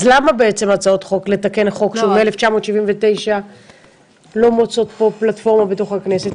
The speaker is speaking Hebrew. אז למה בעצם הצעת חוק לתקן חוק מ-1979 לא מצאה פלטפורמה בתוך הכנסת?